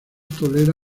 tolera